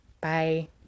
Bye